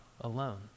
alone